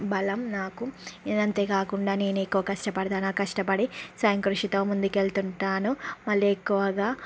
బలం నాకు ఇది అంతే కాకుండా నేనే ఎక్కువ కష్టపడతాను ఆ కష్టపడి స్వయం కృషితో ముందుకి వెళుతుంటాను మళ్ళీ ఎక్కువగా